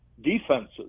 defenses